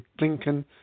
Lincoln